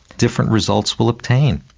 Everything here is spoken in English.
different results will obtain.